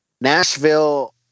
Nashville